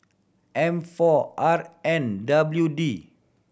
M four R N W D